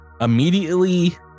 immediately